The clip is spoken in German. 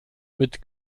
mit